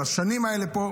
על השנים האלה פה,